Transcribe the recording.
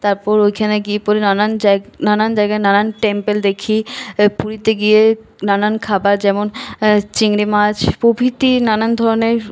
তারপর ওইখানে গিয়ে পরে নানান নানান জায়গায় নানান টেম্পল দেখি পুরীতে গিয়ে নানান খাবার যেমন চিংড়ি মাছ প্রভৃতি নানান ধরনের